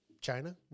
China